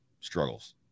struggles